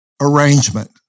arrangement